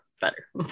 Better